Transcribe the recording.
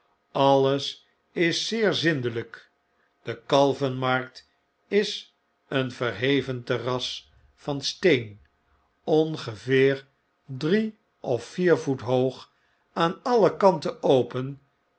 alles is zeer zindelyk de kalvenmarkt is een verheven terras van steen ongeveer drie of vier voet hoog aan alle kanten open